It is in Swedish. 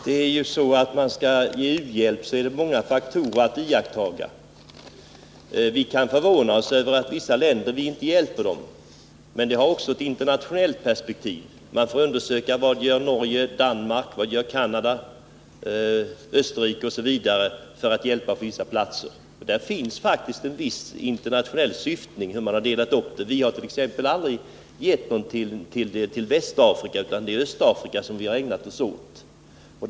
Fru talman! När man skall ge u-hjälp är det många faktorer man skall iaktta. Vi kan förvåna oss över att vi inte hjälper vissa länder. Men detta har också ett internationellt perspektiv. Vi måste undersöka vad man gör i Norge, Danmark, Canada, Österrike osv. för att hjälpa på vissa platser. Det finns alltså en viss internationell uppdelning. Vi har t.ex. aldrig gett någon hjälp till Västafrika, utan vi har ägnat oss åt Östafrika.